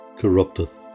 corrupteth